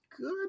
good